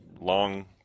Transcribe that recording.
long